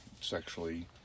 sexually